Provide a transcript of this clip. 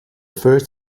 first